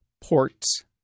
ports